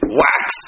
wax